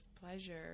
pleasure